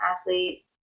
athlete